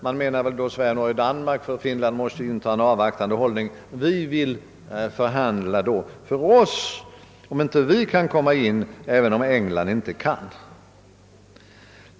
— Man menar väl då Sverige, Norge och Danmark, ty Finland måste ju inta en avvaktande hållning.